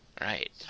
Right